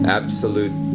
absolute